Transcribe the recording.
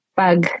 pag